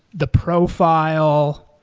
the profile.